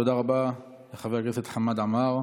תודה רבה לחבר הכנסת חמד עמאר.